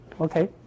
Okay